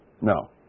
No